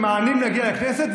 ממאנים להגיע לכנסת,